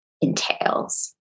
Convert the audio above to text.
entails